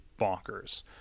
bonkers